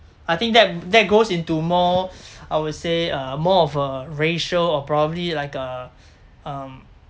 I think that that goes into more I would say uh more of a racial or probably like a um